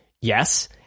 yes